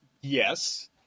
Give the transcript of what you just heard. Yes